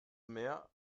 mehr